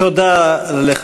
תודה רבה.